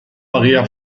maria